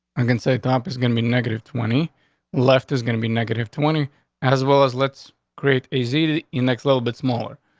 um can say trump is gonna be negative. twenty left is gonna be negative. twenty as well as let's create a see you next. little bit smaller.